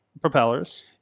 propellers